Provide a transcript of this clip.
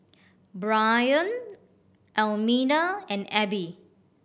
Brion Almina and Abbie